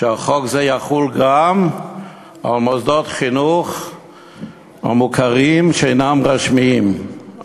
שהחוק הזה יחול גם על מוסדות החינוך המוכרים שאינם רשמיים,